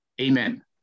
Amen